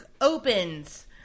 opens